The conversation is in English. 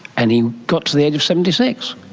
and he got to the age of seventy six,